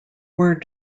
were